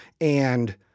and-